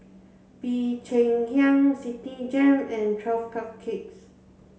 Bee Cheng Hiang Citigem and Twelve Cupcakes